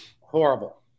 Horrible